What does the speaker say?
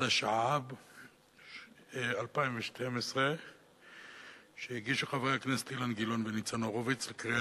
התשע"ב 2012. חבר הכנסת אילן גילאון, בבקשה,